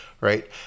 right